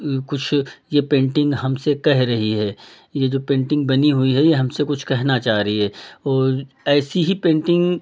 ये कुछ ये पेन्टिंग हमसे कह रही है ये जो पेन्टिंग बनी हुई है ये हमसे कुछ कहना चाह रही है और ऐसी ही पेन्टिंग